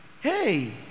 Hey